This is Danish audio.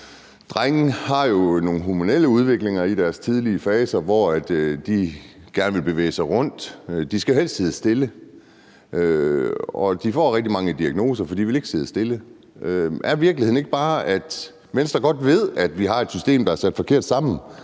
Drenge har jo nogle hormonelle udviklinger i de tidlige faser, hvor de gerne vil bevæge sig rundt; de skal helst sidde stille, og de får rigtig mange diagnoser, fordi de ikke vil sidde stille. Er virkeligheden ikke bare, at Venstre godt ved, at vi har et system, der er sat forkert sammen,